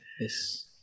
Yes